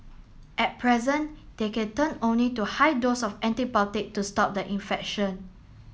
at present they can turn only to high dose of antibiotic to stop the infection